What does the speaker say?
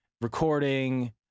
recording